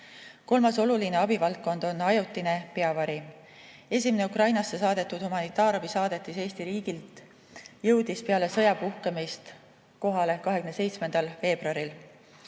Kolmas oluline abivaldkond on ajutine peavari. Esimene Ukrainasse saadetud humanitaarabisaadetis Eesti riigilt jõudis peale sõja puhkemist kohale 27. veebruaril.